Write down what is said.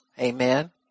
Amen